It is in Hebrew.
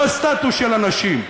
לא סטטוס של אנשים.